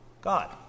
God